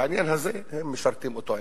בעניין הזה הם משרתים אותו עניין.